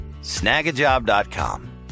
snagajob.com